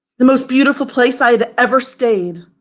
the most beautiful place i've ever stayed.